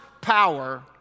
power